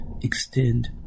extend